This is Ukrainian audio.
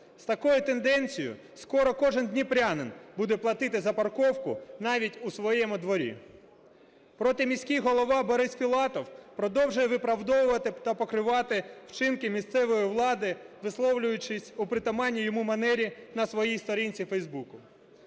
З такою тенденцією скоро кожен дніпрянин буде платити за парковку навіть у своєму дворі. Проте міський голова Борис Філатов продовжує виправдовувати та покривати вчинки місцевої влади, висловлюючись у притаманній йому манері на своїй сторінці у